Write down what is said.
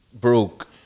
broke